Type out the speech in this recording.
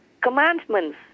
commandments